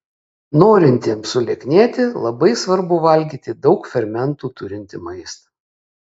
norintiems sulieknėti labai svarbu valgyti daug fermentų turintį maistą